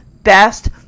best